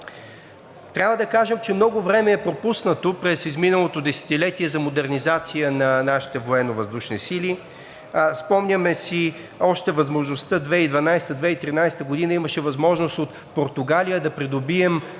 Трябва да кажем, че много време е пропуснато през изминалото десетилетие за модернизация на нашите военновъздушни сили. Спомняме си още възможността – 2012 –2013 г. имаше възможност от Португалия да придобием